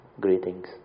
greetings